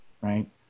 right